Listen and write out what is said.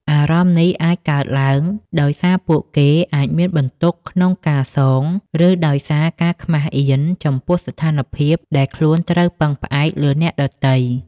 អារម្មណ៍នេះអាចកើតឡើងដោយសារពួកគេមានបន្ទុកក្នុងការសង ឬដោយសារការខ្មាសអៀនចំពោះស្ថានភាពដែលខ្លួនត្រូវពឹងផ្អែកលើអ្នកដទៃ។